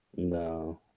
no